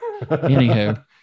Anywho